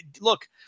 look